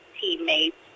teammates